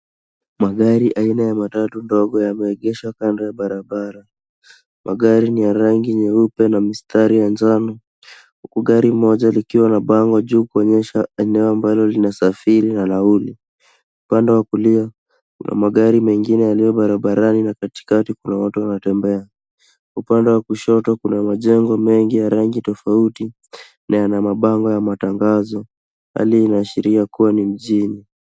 Magari aina ya matatu ndogo yameegeshwa kando ya barabara. Magari ni ya rangi nyeupe na mistari ya njano, huku gari moja likiwa na bango juu kuonyesha eneo ambalo linasafiri na nauli. Upande wa kulia kuna magari mengine yaliyo barabarani na katikati kuna watu wanatembea. Upande wa kushoto kuna majengo mengi ya rangi tofauti na yana mabango ya matangazo. Hali inaashiria kuwa ni mjini.